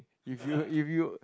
if you if you